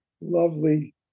lovely